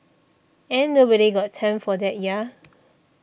ain't nobody's got time for that ya